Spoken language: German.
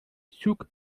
zug